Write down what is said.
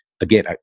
again